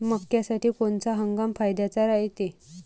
मक्क्यासाठी कोनचा हंगाम फायद्याचा रायते?